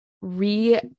re-